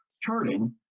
charting